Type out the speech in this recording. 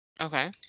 okay